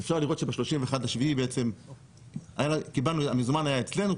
אז אפשר לראות שב-31 ביולי בעצם המזומן היה אצלנו,